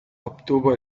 obtuvo